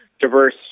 diverse